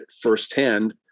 firsthand